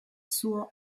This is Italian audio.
suo